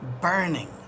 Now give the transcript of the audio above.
burning